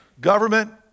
government